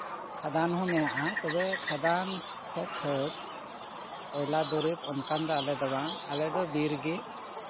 ᱠᱷᱟᱫᱟᱱ ᱦᱚᱸ ᱢᱮᱱᱟᱜᱼᱟ ᱛᱚᱵᱮ ᱠᱷᱟᱫᱟᱱ ᱥᱮ ᱠᱷᱟᱹᱫ ᱠᱚᱭᱞᱟ ᱫᱩᱨᱤᱵ ᱚᱱᱠᱟᱱ ᱫᱚ ᱵᱟᱝ ᱟᱞᱮ ᱫᱚ ᱵᱤᱨ ᱜᱮ